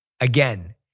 Again